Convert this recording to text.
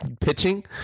pitching